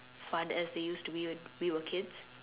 fun as they used to be when we were kids